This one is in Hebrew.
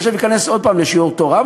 עכשיו אכנס שוב לשיעור תורה,